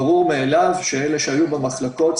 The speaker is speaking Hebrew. ברור מאליו שאלה שהיו במחלקות,